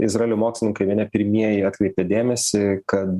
izraelio mokslininkai viena pirmieji atkreipė dėmesį kad